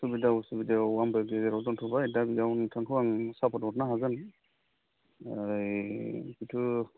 सुबिदा असुबिदायाव आंबो गेजेराव दोन्थ'बाय दा बियाव नोंथांखौ आं सापर्ट हरनो हागोन ओइ जिथु